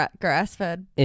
grass-fed